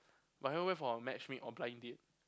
but I haven't went for a matchmade or blind date